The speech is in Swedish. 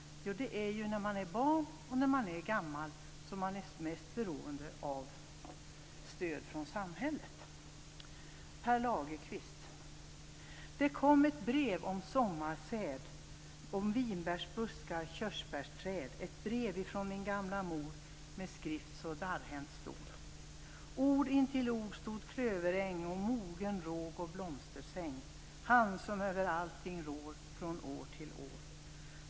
Jo, det är när man är barn och när man är gammal som man är mest beroende av stöd från samhället. Det kom ett brev om sommarsäd, om vinbärsbuskar, körsbärsträd, ett brev ifrån min gamla mor med skrift så darrhänt stor. Ord intill ord stod klöveräng och mogen råg och blomstersäng, och Han som över allting rår från år till år.